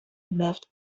loved